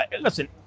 listen